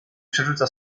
przerzuca